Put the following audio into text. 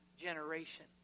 generation